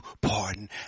pardon